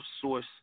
source